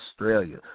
Australia